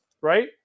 Right